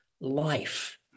life